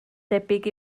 debyg